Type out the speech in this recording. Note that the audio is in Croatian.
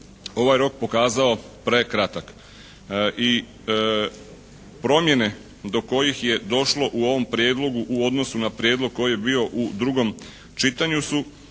ovaj rok pokazao prekratak. I promjene do kojih je došlo u ovom prijedlogu u odnosu na prijedlog koji je bio u drugom čitanju su